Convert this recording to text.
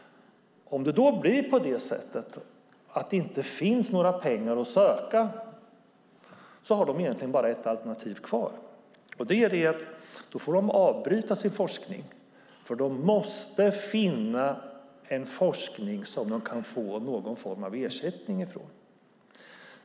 Finns det inga pengar att söka har de bara ett alternativ kvar, nämligen att avbryta sin forskning och forska i något annat som de kan få ersättning för.